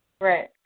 Right